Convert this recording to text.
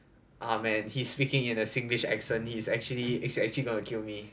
ah man he's speaking in a singlish accent he's actually he's actually going to kill me